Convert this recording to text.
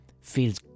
feels